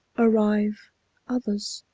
arrive others,